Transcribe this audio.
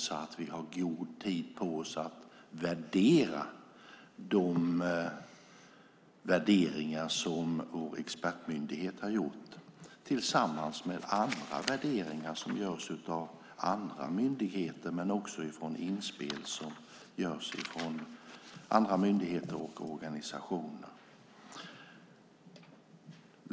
Vi har därför god tid på oss att värdera de värderingar som vår expertmyndighet har gjort tillsammans med andra värderingar som görs av olika myndigheter men också inspel som görs av myndigheter och organisationer.